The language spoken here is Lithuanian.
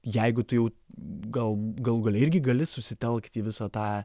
jeigu tu jau gal galų gale irgi gali susitelkti į visą tą